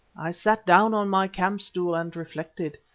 i sat down on my camp stool and reflected.